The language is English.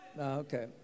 Okay